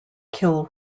kill